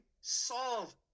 solve